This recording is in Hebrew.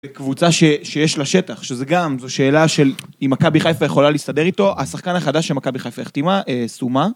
בקבוצה שיש לה שטח, שזה גם זו שאלה של אם מכבי חיפה יכולה להסתדר איתו, השחקן החדש שמכבי חיפה החתימה, סומה